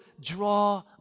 draw